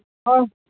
ꯑꯧ